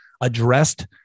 addressed